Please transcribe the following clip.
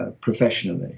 professionally